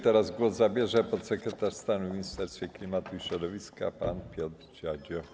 Teraz głos zabierze podsekretarz stanu w Ministerstwie Klimatu i Środowiska pan Piotr Dziadzio.